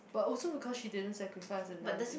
but also because she didn't sacrifice and done thing